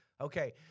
Okay